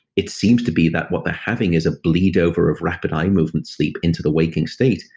it seems to be that what they're having is a bleed over of rapid eye movement sleep into the waking state.